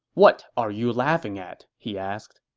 what are you laughing at? he asked